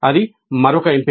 అది మరొక ఎంపిక